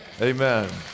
Amen